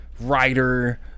writer